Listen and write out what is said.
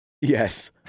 Yes